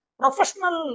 professional